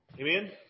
Amen